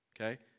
okay